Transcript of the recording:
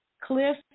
Cliff